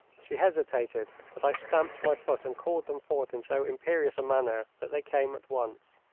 she hesitated, but i stamped my foot and called them forth in so imperious a manner that they came at once.